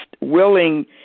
willing